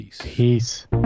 Peace